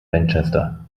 manchester